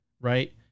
right